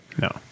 no